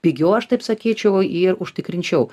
pigiau aš taip sakyčiau ir užtikrinčiau